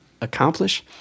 accomplish